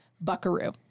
Buckaroo